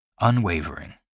Unwavering